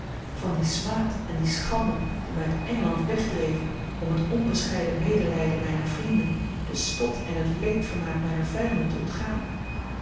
van dien smaad en die schande die mij uit engeland wegdreven om het onbescheiden medelijden mijner vrienden den spot en het leedvermaak mijner vijanden te ontgaan